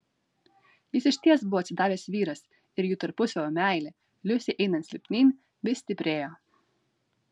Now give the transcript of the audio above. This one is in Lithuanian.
jis išties buvo atsidavęs vyras ir jų tarpusavio meilė liusei einant silpnyn vis stiprėjo